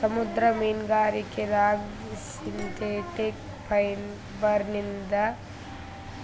ಸಮುದ್ರ ಮೀನ್ಗಾರಿಕೆದಾಗ್ ಸಿಂಥೆಟಿಕ್ ಫೈಬರ್ನಿಂದ್